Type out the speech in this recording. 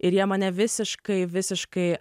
ir jie mane visiškai visiškai